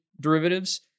derivatives